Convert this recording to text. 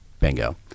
Bingo